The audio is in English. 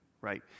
right